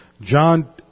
John